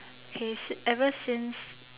he's ever since